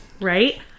Right